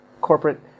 corporate